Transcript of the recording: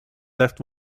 left